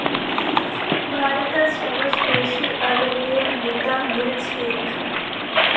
भारतत सबस बेसी अलूवियल मृदा मिल छेक